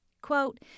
Quote